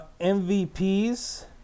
MVPs